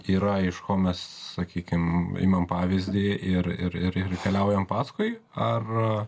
yra iš ko mes sakykim imam pavyzdį ir ir ir ir keliaujam paskui ar